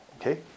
Okay